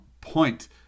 point